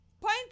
Point